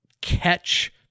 catch